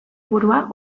burua